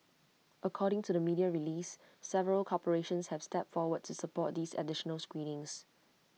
according to the media release several corporations have stepped forward to support these additional screenings